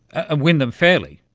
ah win them fairly.